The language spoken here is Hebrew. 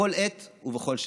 בכל עת ובכל שעה.